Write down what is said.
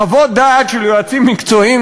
חוות דעת של יועצים מקצועיים,